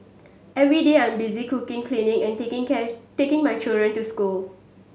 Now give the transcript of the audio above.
every day I'm busy cooking cleaning and taking taking my children to school